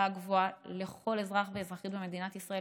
הגבוהה לכל אזרח ואזרחית במדינת ישראל